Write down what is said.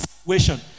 situation